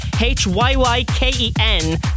H-Y-Y-K-E-N